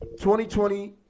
2020